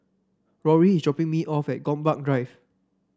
Rory is dropping me off at Gombak Drive